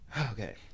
Okay